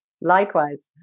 Likewise